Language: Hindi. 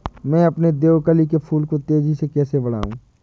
मैं अपने देवकली के फूल को तेजी से कैसे बढाऊं?